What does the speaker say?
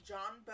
John